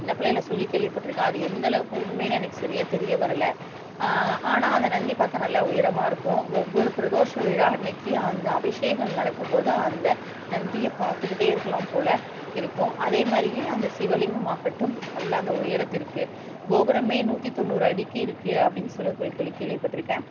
சின்னப்பிள்ளையில் சொல்லி கேள்விப்பட் இருக்கேன் அது எந்த அளவுக்கு உண்மைன்னு எனக்கு சரியாக தெரிய வரலை ஆனால் அந்த நந்தி பார்த்தா நல்லா உயரமாக இருக்கும் ஒவ்வொரு பிரதோஷ விழா அன்னைக்கு அந்த அபிஷேகம் நடக்கும்போது அந்த நந்தியை பார்த்துக்கிட்டே இருக்கலாம் போல் இருக்கும் அதேமாதிரியே அந்த சிவலிங்கமாகட்டும் அல்ல அந்த உயரத்திற்கு கோபுரமே நூத்தி தொண்ணூறு அடிக்கி இருக்கு அப்படின்னு சொல்லி கேள்விப்பட் இருக்கேன்